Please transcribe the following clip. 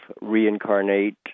reincarnate